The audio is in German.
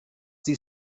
sie